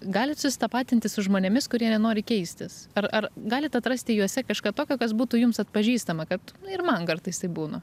galit susitapatinti su žmonėmis kurie nenori keistis ar ar galit atrasti juose kažką tokio kas būtų jums atpažįstama kad ir man kartais taip būna